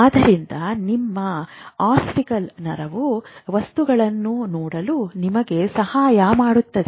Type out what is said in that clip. ಆದ್ದರಿಂದ ನಿಮ್ಮ ಆಪ್ಟಿಕಲ್ ನರವು ವಸ್ತುಗಳನ್ನು ನೋಡಲು ನಿಮಗೆ ಸಹಾಯ ಮಾಡುತ್ತದೆ